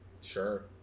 Sure